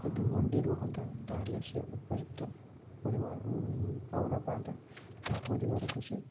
ଯଦି ମଣ୍ଡି ରୁହନ୍ତା ତାହେଲେ ସେ ଉପଯୁକ୍ତ ପରିମାଣ ପାଉଣା ପାଆନ୍ତା ତା ପରିବାରକୁ ସେ